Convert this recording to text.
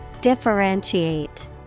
Differentiate